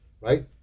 right